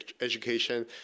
education